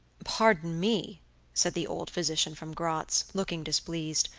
pardon me said the old physician from gratz, looking displeased,